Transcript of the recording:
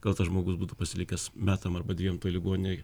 gal tas žmogus būtų pasilikęs metam arba dviem toj ligoninėj